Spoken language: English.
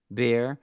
bear